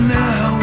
now